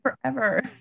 forever